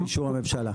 באישור הממשלה.